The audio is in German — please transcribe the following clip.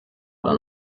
oder